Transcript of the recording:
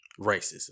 Racism